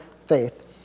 faith